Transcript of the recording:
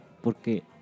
Porque